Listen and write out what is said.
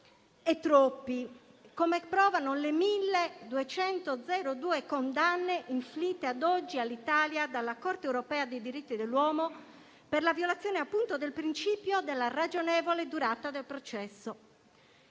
numerosi, come provano le 1.202 condanne inflitte ad oggi all'Italia dalla Corte europea dei diritti dell'uomo, per la violazione del principio della ragionevole durata del processo.